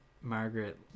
Margaret